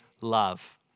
love